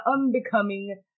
unbecoming